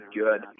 good